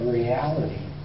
reality